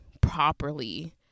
properly